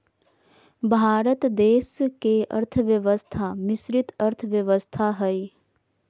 भारत देश के अर्थव्यवस्था मिश्रित अर्थव्यवस्था हइ